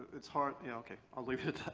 it's hard. yeah, okay. i'll leave it